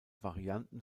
varianten